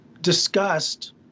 discussed